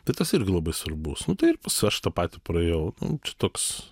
tai tas irgi labai svarbus nu tai ir paskui aš tą patį praėjau nu čia toks